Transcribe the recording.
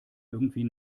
irgendwie